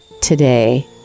today